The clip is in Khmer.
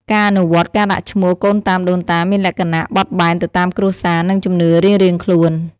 ការអនុវត្តការដាក់ឈ្មោះកូនតាមដូនតា មានលក្ខណៈបត់បែនទៅតាមគ្រួសារ និងជំនឿរៀងៗខ្លួន។